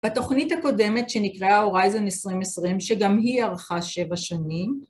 ‫בתוכנית הקודמת שנקראה הורייזן 2020, ‫שגם היא ארכה שבע שנים.